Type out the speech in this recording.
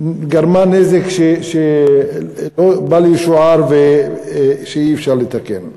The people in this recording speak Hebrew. גרמה נזק בל ישוער ושאי-אפשר לתקן אותה.